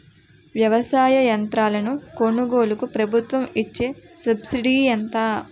వ్యవసాయ యంత్రాలను కొనుగోలుకు ప్రభుత్వం ఇచ్చే సబ్సిడీ ఎంత?